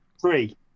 Three